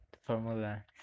formula